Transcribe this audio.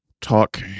talk